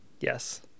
Yes